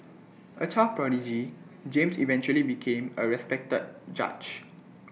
A child prodigy James eventually became A respected judge